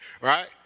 right